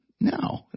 No